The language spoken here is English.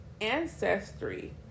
ancestry